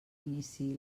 iniciï